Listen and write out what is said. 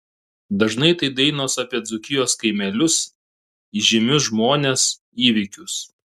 dažnai tai dainos apie dzūkijos kaimelius įžymius žmones įvykius